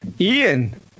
Ian